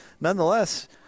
nonetheless